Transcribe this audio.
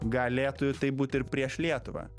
galėtų taip būt ir prieš lietuvą